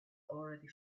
already